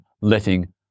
letting